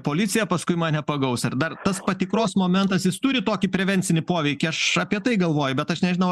policija paskui mane pagaus ar dar tas patikros momentas jis turi tokį prevencinį poveikį aš apie tai galvoju bet aš nežinau